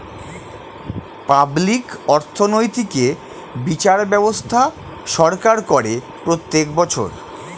public অর্থনৈতিক এ বিচার ব্যবস্থা সরকার করে প্রত্যেক বছর